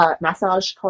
massage